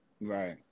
Right